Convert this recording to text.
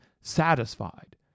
satisfied